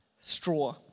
straw